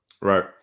Right